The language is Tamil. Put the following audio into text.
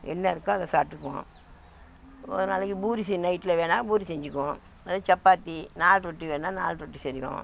என்ன இருக்கோ அதை சாப்பிட்டுக்குவோம் ஒரு நாளைக்கு பூரி சரி நைட்டில் வேணுணா பூரி செஞ்சிக்குவோம் அது சப்பாத்தி நாண் ரொட்டி வேணுனா நாண் ரொட்டி செய்வோம்